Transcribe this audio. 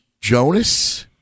Jonas